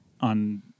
on